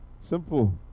Simple